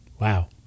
Wow